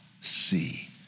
see